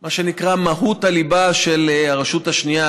מה שנקרא מהות הליבה של הרשות השנייה,